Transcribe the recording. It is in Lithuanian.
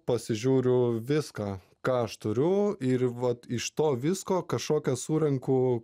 pasižiūriu viską ką aš turiu ir vat iš to visko kažkokią surenku